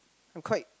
I'm quite